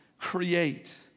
create